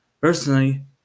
Personally